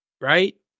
right